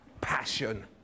passion